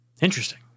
Interesting